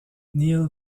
neal